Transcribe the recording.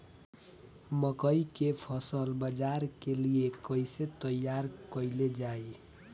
मकई के फसल बाजार के लिए कइसे तैयार कईले जाए?